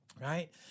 right